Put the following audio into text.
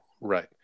Right